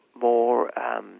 more